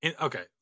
Okay